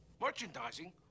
Merchandising